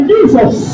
Jesus